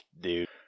dude